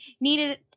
needed